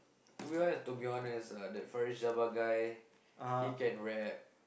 to be ah to be honest ah that Farriz-Jabba guy he can rap